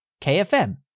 KFM